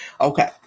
Okay